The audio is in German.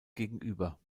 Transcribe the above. gegenüber